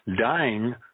dying